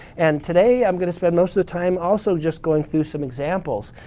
and today i'm going to spend most of time also just going through some examples.